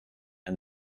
and